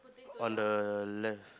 on the left